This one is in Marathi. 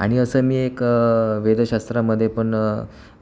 आणि असं मी एक वेदशास्रामध्ये पण